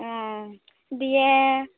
ᱢ ᱫᱤᱭᱮ